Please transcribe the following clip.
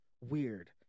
weird